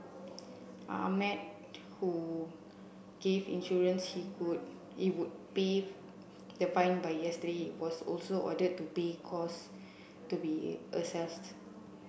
Ahmed who gave insurance he could he would pay the fine by yesterday was also ordered to pay costs to be assessed